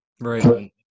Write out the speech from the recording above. Right